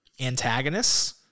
antagonists